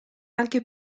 anche